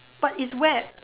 but it's wet